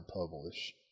publish